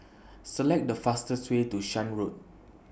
Select The fastest Way to Shan Road